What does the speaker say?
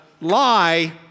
lie